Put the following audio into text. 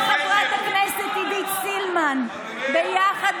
אני וחברת הכנסת עידית סילמן ביחד,